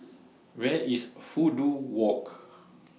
Where IS Fudu Walk